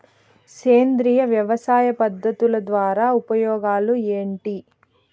సేంద్రియ వ్యవసాయ పద్ధతుల ద్వారా ఉపయోగాలు ఏంటి?